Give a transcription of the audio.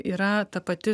yra ta pati